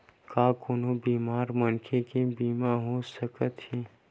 का कोनो बीमार मनखे के बीमा हो सकत हे?